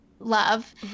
love